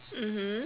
mmhmm